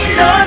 no